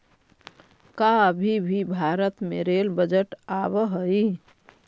का अभी भी भारत में रेल बजट आवा हई